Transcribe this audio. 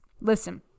Listen